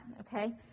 okay